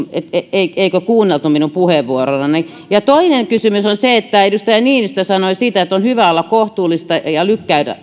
eikö kuunneltu minun puheenvuoroani ja toinen kysymys on se mitä edustaja niinistö sanoi että on hyvä olla kohtuullinen ja lykätä